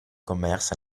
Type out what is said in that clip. commerce